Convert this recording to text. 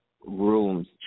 rooms